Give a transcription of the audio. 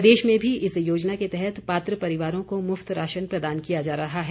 प्रदेश में भी इस योजना के तहत पात्र परिवारों को मुफ्त राशन प्रदान किया जा रहा है